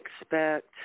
expect –